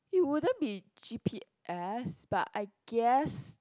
it wouldn't be G_p_S but I guess